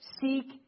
seek